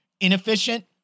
Inefficient